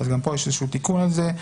אז גם פה יש תיקון על זה.